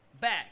back